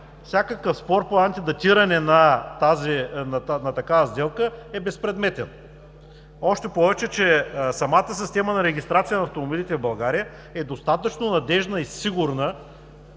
всякакъв спор по антидатиране на такава сделка е безпредметен. Още повече, че самата система на регистрация на автомобилите в България е достатъчно надеждна и сигурна,